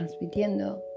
transmitiendo